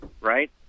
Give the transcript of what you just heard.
right